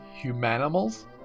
humanimals